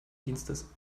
dienstes